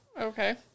Okay